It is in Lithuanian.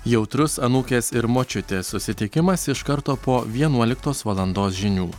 jautrus anūkės ir močiutės susitikimas iš karto po vienuoliktos valandos žinių